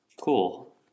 Cool